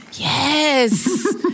Yes